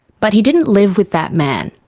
but he didn't live with that man.